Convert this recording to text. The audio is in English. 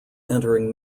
entering